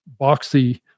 boxy